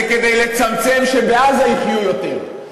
זה כדי לצמצם, שבעזה יחיו יותר.